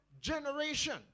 generation